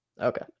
Okay